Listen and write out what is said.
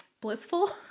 blissful